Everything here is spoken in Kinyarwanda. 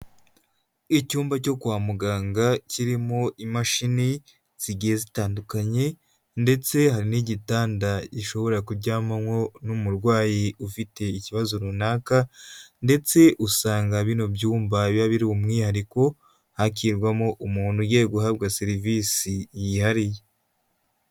Icyumba cyo kwa muganga kirimo imashini zigiye zitandukanye ndetse hari n'igitanda gishobora kujyamwamo n'umurwayi ufite ikibazo runaka ndetse usanga bino byumba biba biri umwihariko, hakivamo umuntu ugiye guhabwa serivisi yihariye.